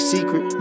Secret